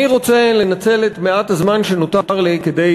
אני רוצה לנצל את מעט הזמן שנותר לי כדי